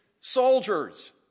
soldiers